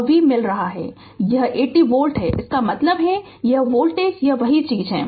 अब V मिल रहा है 80 वोल्ट इसका मतलब है यह वोल्टेज यह वही चीज है